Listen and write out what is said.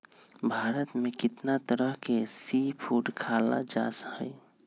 भारत में कितना तरह के सी फूड खाल जा हई